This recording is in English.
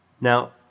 Now